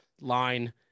line